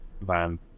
Van